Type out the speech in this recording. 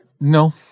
No